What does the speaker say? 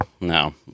No